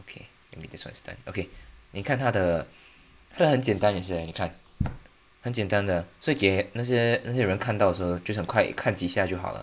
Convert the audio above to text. okay maybe this one this one this time 你看他的这很简单也是 eh 看很简单的给那些那些人看到时候就想快一看几下就好了